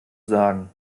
sagen